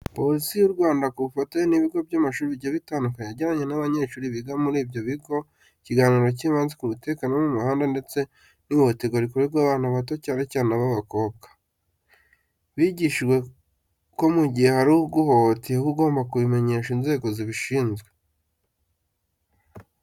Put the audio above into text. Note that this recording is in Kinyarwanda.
Police y'u Rwanda ku bufatanye n'ibigo by'amashuri bigiye bitandukanye, yagiranye n'abanyeshuri biga muri ibyo bigo ikiganiro kibanze ku mutekano wo mu muhanda ndetse n'ihohoterwa rikorerwa abana bato cyane cyane ab'abakobwa. Bigishijwe ko mu gihe hari uguhohoteye uba ugomba kubimenyesha inzego zibishinzwe.